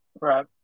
Right